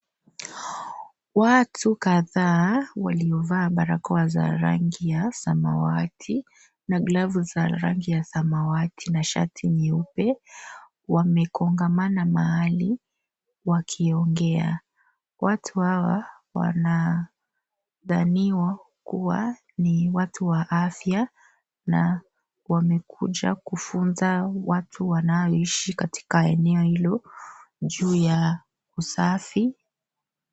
Watu kadhaa waliovaa barakoa za samawati na glavu ya rangi ya samawati na shati nyeupe wamegongamana mahali ,wakiongea watu watu hawa wanadhaniwa kuwa ni watu wa afya na wamekuja kufunza watu wanaishi katika eneo hilo juu ya usafi.